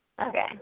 Okay